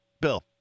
Bill